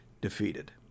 defeated